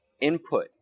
input